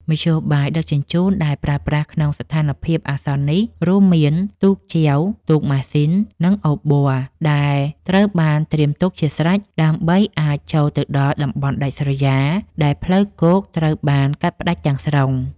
មធ្យោបាយដឹកជញ្ជូនដែលប្រើប្រាស់ក្នុងស្ថានភាពអាសន្ននេះ រួមមានទូកចែវ ទូកម៉ាស៊ីន និងអូប័រ ដែលត្រូវបានត្រៀមទុកជាស្រេច ដើម្បីអាចចូលទៅដល់តំបន់ដាច់ស្រយាលដែលផ្លូវគោកត្រូវបានកាត់ផ្ដាច់ទាំងស្រុង។